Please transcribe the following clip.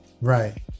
Right